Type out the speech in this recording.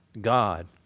God